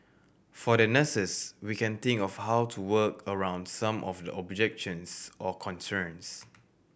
for the nurses we can think of how to work around some of the objections or concerns